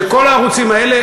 שכל הערוצים האלה,